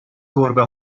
گربه